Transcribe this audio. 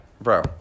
bro